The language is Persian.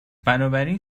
بنابراین